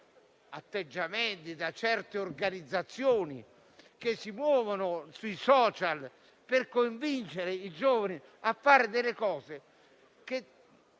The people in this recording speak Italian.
atteggiamenti e certe organizzazioni che si muovono sui *social* per convincere i giovani a fare delle cose che,